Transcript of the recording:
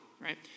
right